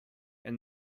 and